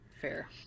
fair